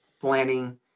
planning